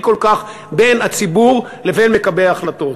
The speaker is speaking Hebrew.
כל כך בין הציבור לבין מקבלי ההחלטות.